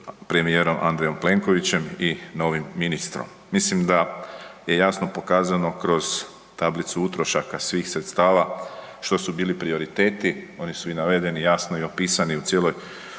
premijerom Andrejem Plenkovićem i novim ministrom. Mislim da je jasno pokazano kroz tablicu utrošaka svih sredstava što su bili prioriteti, oni su i navedeni i jasno opisani u cijelom